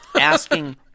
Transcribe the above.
asking